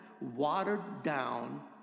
watered-down